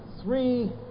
three